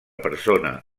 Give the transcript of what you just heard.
persona